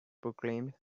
proclaimed